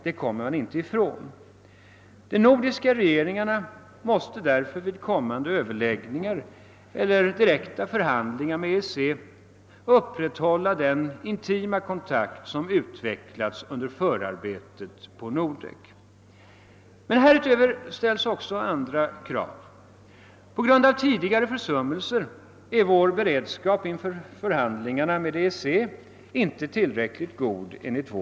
De nordiska länderna måste därför vid kommande överläggningar eller direkta förhandlingar med EEC upprätthålla den intima kontakt som utvecklades under förarbetena på Nordek. Men härutöver ställs också andra krav. På grund av tidigare försummelser är, enligt vår bedömning, den svenska beredskapen inför förhandlingarna med EEC inte tillräckligt god.